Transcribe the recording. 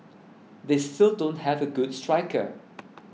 they still don't have a good striker